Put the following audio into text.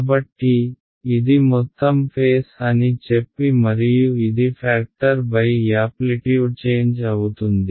కాబట్టి ఇది మొత్తం ఫేస్ అని చెప్పి మరియు ఇది ఫ్యాక్టర్ యాప్లిట్యూడ్ చేంజ్ అవుతుంది